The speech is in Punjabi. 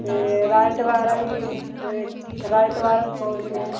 ਅਤੇ ਰਾਇਤ ਬਾਹਰਾ ਵੀ ਇੱਕ ਰਾਇਤ ਬਾਹਰਾ ਵੀ ਸੋਚਦੇ ਪਏ